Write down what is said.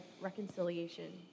reconciliation